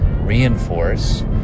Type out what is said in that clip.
reinforce